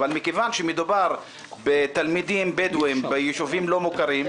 אבל מכיוון שמדובר בתלמידים בדואים ביישובים לא מוכרים,